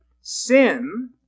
Sin